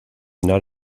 not